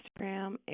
instagram